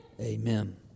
Amen